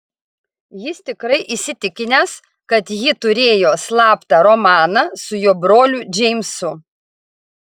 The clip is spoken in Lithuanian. jis tikrai įsitikinęs kad ji turėjo slaptą romaną su jo broliu džeimsu